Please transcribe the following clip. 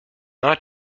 not